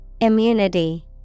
Immunity